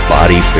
Body